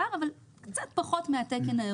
79 התקנות